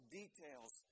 details